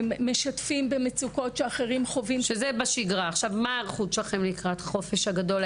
זה בשגרה, מה ההיערכות שלכם לקראת החופש הגדול?